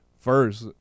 First